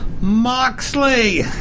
Moxley